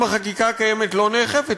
אם החקיקה הקיימת לא נאכפת,